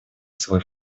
свой